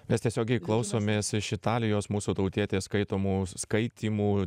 mes tiesiogiai klausomės iš italijos mūsų tautietės skaitomų skaitymų